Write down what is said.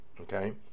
Okay